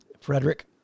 Frederick